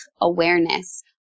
awareness